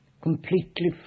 completely